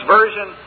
Version